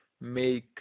make